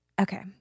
Okay